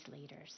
leaders